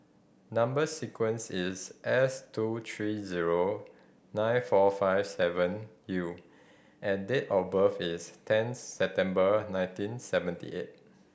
number sequence is S two three zero nine four five seven U and date of birth is ten September nineteen seventy eight